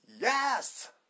Yes